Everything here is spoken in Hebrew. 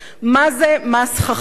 מה זה "מס חכם",